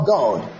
God